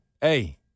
hey